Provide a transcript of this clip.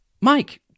Mike